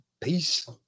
Peace